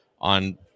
on